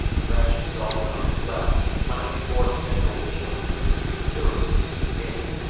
fresh assaults on his left finally forced general neill to retreat to it with his brigade.